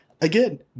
again